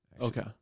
Okay